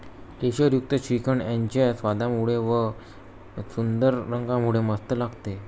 केशरयुक्त श्रीखंड त्याच्या स्वादामुळे व व सुंदर रंगामुळे मस्त लागते